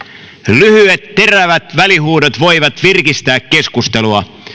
lyhyet terävät välihuudot voivat virkistää keskustelua